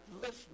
listen